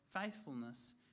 faithfulness